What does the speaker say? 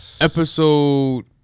Episode